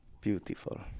Beautiful